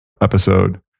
episode